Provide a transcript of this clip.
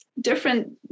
Different